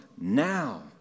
now